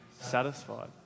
satisfied